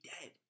dead